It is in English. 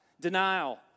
Denial